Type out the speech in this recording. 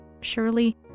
Surely